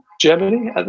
Germany